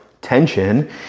tension